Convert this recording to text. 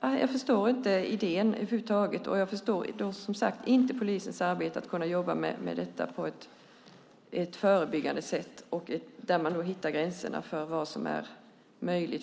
Jag förstår över huvud taget inte idén, och jag förstår som sagt inte polisens möjligheter att jobba med detta på ett förebyggande sätt där man hittar gränserna för vad som är möjligt.